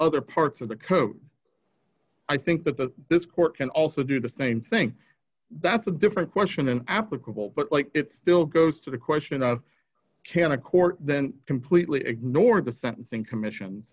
other parts of the code i think that the this court can also do the same thing that's a different question than applicable but like it still goes to the question of can a court then completely ignored the sentencing commission